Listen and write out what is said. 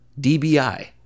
DBI